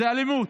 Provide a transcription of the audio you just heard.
זו אלימות.